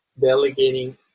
delegating